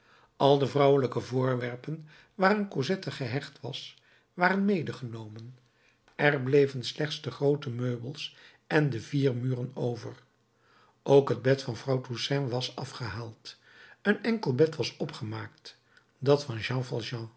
al de vrouwelijke voorwerpen waaraan cosette gehecht was waren medegenomen er bleven slechts de groote meubels en de vier muren over ook het bed van vrouw toussaint was afgehaald een enkel bed was opgemaakt dat